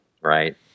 right